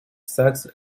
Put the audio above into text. saxe